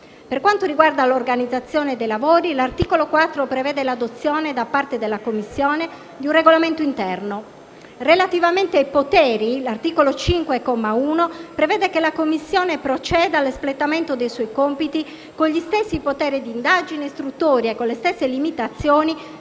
Per quanto riguarda l'organizzazione dei lavori, l'articolo 4 prevede l'adozione da parte della Commissione di un regolamento interno. Relativamente ai poteri, l'articolo 5, comma 1, prevede che la Commissione proceda all'espletamento dei suoi compiti con gli stessi poteri di indagine e istruttori e con le stesse limitazioni